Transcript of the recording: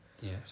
Yes